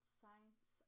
science